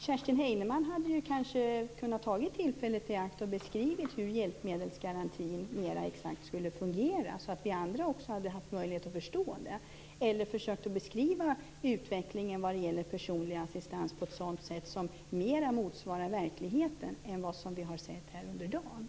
Kerstin Heinemann hade kanske kunnat ta tillfället i akt att beskriva hur hjälpmedelsgarantin mera exakt skall fungera, så att vi andra också hade haft möjlighet att förstå. Eller också kunde hon ha försökt beskriva utvecklingen vad gäller personlig assistans på ett sätt som mer motsvarar verkligheten än vad vi har hört här under dagen.